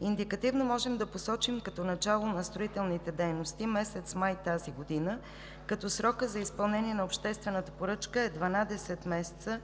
Индикативно можем да посочим като начало на строителните дейности месец май тази година, като срокът за изпълнение на обществената поръчка е 12 месеца